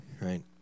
right